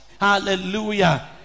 hallelujah